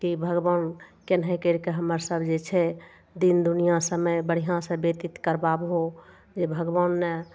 कि भगवान केनहै करि कऽ हमर सब जे छै दिन दुनिआ समय बढ़िआँसँ व्यतीत करबाबहो जे भगवान ने